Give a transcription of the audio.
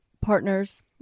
Partners